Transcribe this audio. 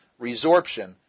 resorption